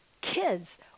kids